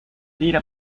tira